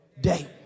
day